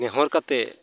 ᱱᱮᱦᱚᱨ ᱠᱟᱛᱮ